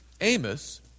Amos